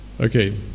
Okay